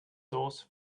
sauce